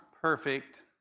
perfect